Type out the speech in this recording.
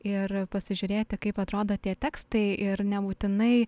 ir pasižiūrėti kaip atrodo tie tekstai ir nebūtinai